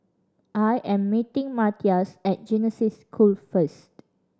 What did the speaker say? I am meeting Matias at Genesis School first